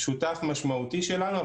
שותף משמעותי שלנו,